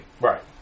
Right